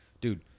Dude